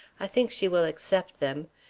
i think she will accept them.